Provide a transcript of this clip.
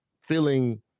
feeling